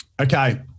Okay